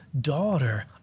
daughter